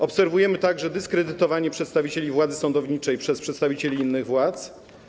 Obserwujemy także dyskredytowanie przedstawicieli władzy sądowniczej przez przedstawicieli innych władz.